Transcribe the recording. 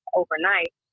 overnight